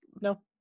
no